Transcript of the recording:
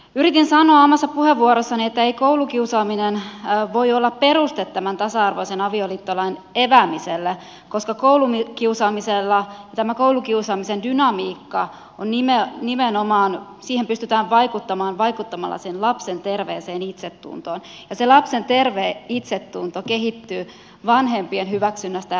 yritin sanoa omassa puheenvuorossani että ei koulukiusaaminen voi olla peruste tämän tasa arvoisen avioliittolain eväämiselle koska tähän koulukiusaamisen dynamiikkaan nimenomaan pystytään vaikuttamaan vaikuttamalla sen lapsen terveeseen itsetuntoon ja se lapsen terve itsetunto kehittyy vanhempien hyväksynnästä ja rakkaudesta